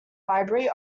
library